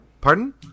Pardon